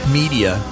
media